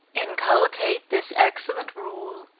inculcate this excellent rule,